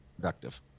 productive